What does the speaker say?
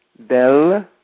Del